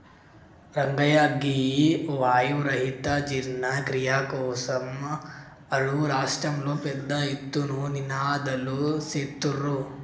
రంగయ్య గీ వాయు రహిత జీర్ణ క్రియ కోసం అరువు రాష్ట్రంలో పెద్ద ఎత్తున నినాదలు సేత్తుర్రు